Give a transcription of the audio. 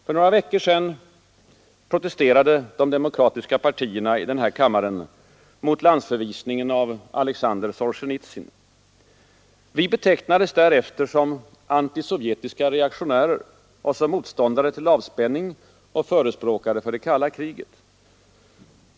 För några veckor sedan protesterade de demokratiska partierna i denna kammare mot landsförvisningen av Alexander Solzjenitsyn. Vi betecknades därefter som antisovjetiska reaktionärer och som motståndare till avspänning samt förespråkare för det kalla kriget.